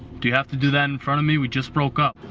do you have to do that in front of me? we just broke up.